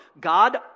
God